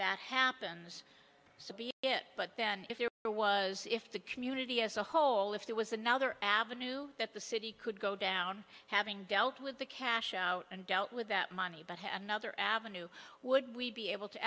that happens so be it but then if you're there was if the community as a whole if there was another avenue that the city could go down having dealt with the cash and dealt with that money but had another avenue would we be able to